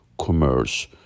commerce